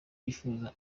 yifuza